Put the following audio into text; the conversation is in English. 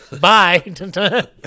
Bye